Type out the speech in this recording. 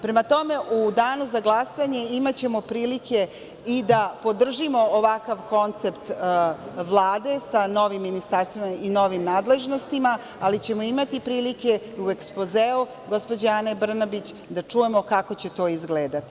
Prema tome, u Danu za glasanje imaćemo prilike i da podržimo ovakav koncept Vlade, sa novim ministarstvima i novim nadležnostima, ali ćemo imati prilike i u ekspozeu gospođe Ane Brnabić da čujemo kako će to izgledati.